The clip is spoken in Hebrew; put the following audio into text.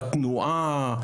בתנועה,